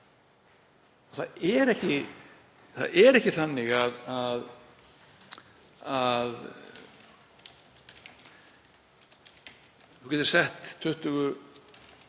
Það er ekki þannig að við getum sett 20